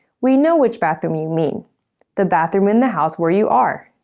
we know which bathroom you mean the bathroom in the house where you are